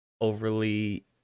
overly